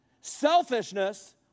selfishness